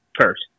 First